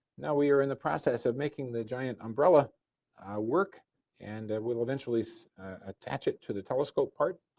now we are in the process of making the giant umbrella work and will eventually attack it to the telescope part.